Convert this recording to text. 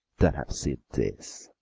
than have seen this.